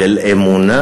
של אמונה.